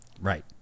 Right